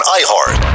iHeart